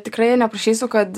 tikrai neprašysiu kad